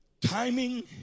Timing